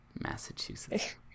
massachusetts